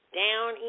down